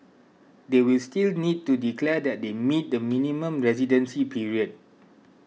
they will still need to declare that they meet the minimum residency period